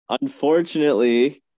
Unfortunately